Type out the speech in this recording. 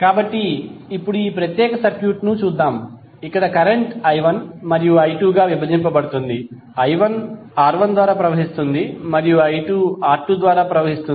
కాబట్టి ఇప్పుడు ఈ ప్రత్యేక సర్క్యూట్ చూద్దాం ఇక్కడ కరెంట్ i1 మరియు i2 గా విభజించబడుతోంది i1 R1 ద్వారా ప్రవహిస్తుంది మరియు i2 R2 ద్వారా ప్రవహిస్తుంది